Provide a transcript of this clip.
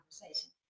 conversation